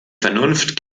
vernunft